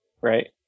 right